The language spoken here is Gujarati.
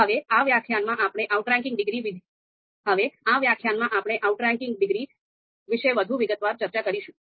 હવે આ વ્યાખ્યાનમાં આપણે આઉટરેન્કિંગ ડિગ્રી વિશે વધુ વિગતવાર ચર્ચા કરીશું